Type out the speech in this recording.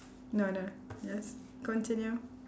no I don't just continue